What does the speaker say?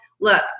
look